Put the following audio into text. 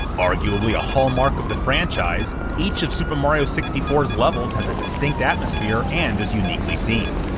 arguably a hallmark of the franchise, each of super mario sixty four s levels has a distinct atmosphere and is uniquely themed.